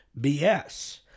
BS